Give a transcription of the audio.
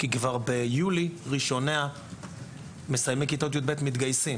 שבאוגוסט מתגייסים ראשוני מסיימי התיכון.